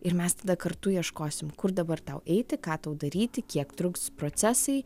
ir mes tada kartu ieškosim kur dabar tau eiti ką tau daryti kiek truks procesai